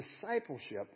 discipleship